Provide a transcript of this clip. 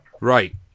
Right